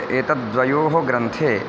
एतद्वयोः ग्रन्थे